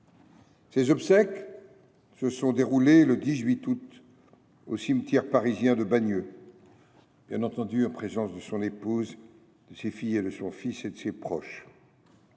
Ses obsèques se sont déroulées le 18 août au cimetière parisien de Bagneux, en présence de son épouse, de ses filles et de son fils, et de ses proches.